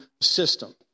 system